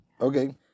Okay